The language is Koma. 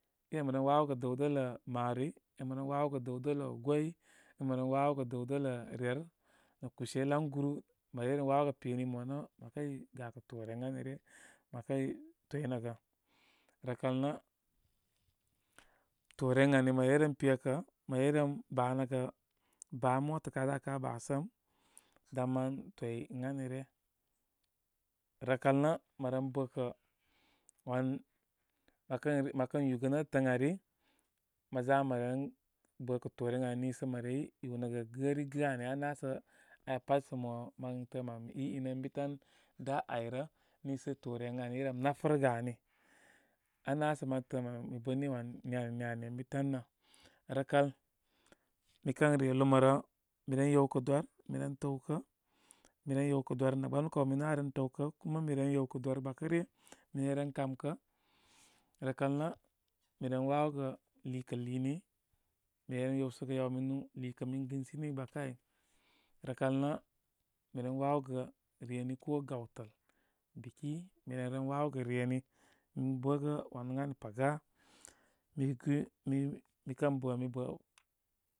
I rem ren wawogə dəwdələ marori, iremren wawogə dəwdələ gwoy, ire mren wəgogə dəw dələ, ryer, na kushe laŋguru mə reyren wawogə pemi mo nə mə kəy gakə toore ən ani ryə mə kəy toy nəgə. Rə kal nə toore ən ani mə reyten pekə mə reyren banəgə baa, mota ká ga ka ba səm dan mən toy ənani ryə. Rəkal nə mə ren bə kə wan məkən məkən yúgə nétətə ən ari mə za mə ren bə kə toore ən ani ni so mə rey iwnəgə gərigə ani. Aná sə aya pat sə ma mən təə mən ma iyin ən bi tan dá ayrə niisə toore ən cuni i rem natənəgə ami. Aná sə mən təə mon mə boné wan ni ani ni ani ən bi lan nə. Rəkal mikən re luma rə mi ren yewkə dor mi ren təwkə, mi ren yewkə dor nə gbanukaw minu aren təwkə kuma mi ren yew kə dor gbakə aryə, mi reren kamkə. Rəkal nə, mi ren wawogə liikə iliini. Mi reren yewsəgə yaw minu liikə min gɨnsini gbakə áy. Rəkal nə, mi ren wawogə reni ko gaw təl, biki mi rerem wawogə reni min bəgə wan ən ani paga, mi gɨ mi, mikən bə mi bə.